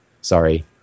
Sorry